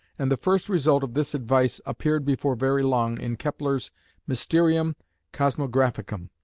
and the first result of this advice appeared before very long in kepler's mysterium cosmographicum.